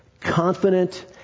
confident